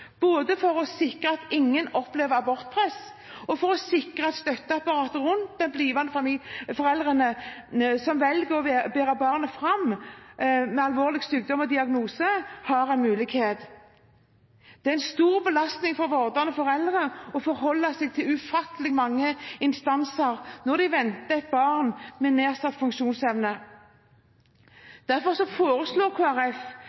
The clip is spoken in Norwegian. både for å sikre at ingen opplever abortpress, og for å sikre et støtteapparat rundt blivende foreldre som velger å bære fram et barn med en alvorlig sykdom eller diagnose. Det er en stor belastning for vordende foreldre å forholde seg til ufattelig mange instanser når de venter et barn med nedsatt